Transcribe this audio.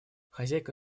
хозяйка